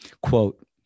quote